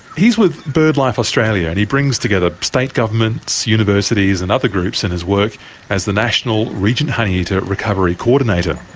he's with birdlife australia, and he brings together state governments, universities and other groups in his work as the national regent honeyeater recovery coordinator.